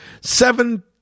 seven